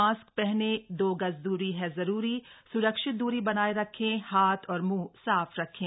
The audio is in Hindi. मास्क पहने दो गज दूरी ह जरूरी स्रक्षित दूरी बनाए रखें हाथ और मुंह साफ रखें